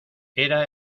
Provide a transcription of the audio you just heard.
era